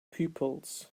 pupils